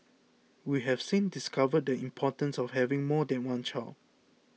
we have since discovered the importance of having more than one child